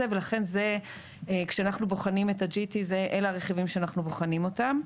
ולכן כשאנחנו בוחנים את ה-GT אלה הרכיבים שאנחנו בוחנים אותם.